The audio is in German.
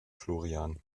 florian